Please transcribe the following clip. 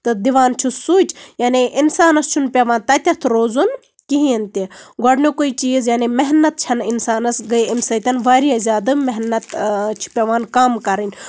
تہٕ دِوان چھُس سُچ یعنی اِنسانَس چھُنہٕ پیٚوان تَتیٚتھ روزُن کِہینۍ تہِ گۄڈٕنِکُے چیٖز یعنی محنت چھےٚ نہٕ اِنسانَس گٔے اَمہِ سۭتۍ واریاہ زیادٕ محنت چھِ پیٚوان کَم کَرٕنۍ